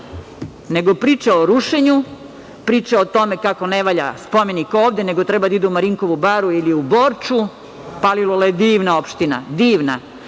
nego priča o rušenju, priča o tome kako ne valja spomenik ovde, nego treba da ide u Marinkovu baru ili u Borču? Palilula je divna opština, divna.